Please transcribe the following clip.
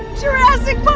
jurassic